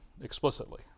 explicitly